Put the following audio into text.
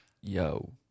Yo